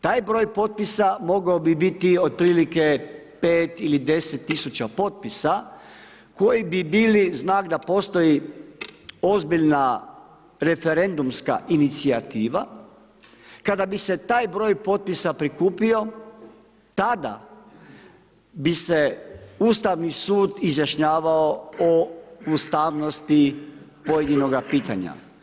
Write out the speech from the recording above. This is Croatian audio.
Taj broj potpisa mogao bi biti otprilike 5 ili 10 tisuća potpisa koji bi bili znak da postoji ozbiljna referendumska inicijativa, kada bi se taj broj potpisa prikupio, tada bi se Ustavni sud izjašnjavao o ustavnosti pojedinoga pitanja.